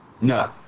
No